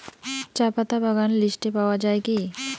চাপাতা বাগান লিস্টে পাওয়া যায় কি?